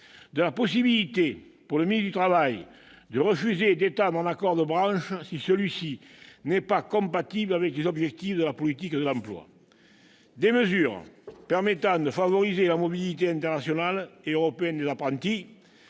de la possibilité pour le ministre du travail de refuser d'étendre un accord de branche si celui-ci n'est pas compatible avec les objectifs de la politique de l'emploi, des mesures permettant de favoriser la mobilité internationale et européenne des apprentis,